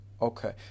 Okay